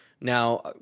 now